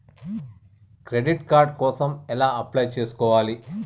Credit card కోసం ఎలా apply చేసుకోవాలి?